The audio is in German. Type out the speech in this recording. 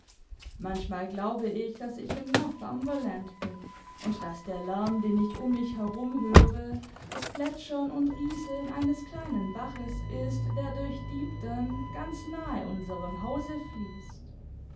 manchmal glaube ich daß ich in northumberland bin und daß der lärm den ich um mich herum höre das plätschern und rieseln eines kleinen baches ist der durch deepden ganz nahe unserem hause fließt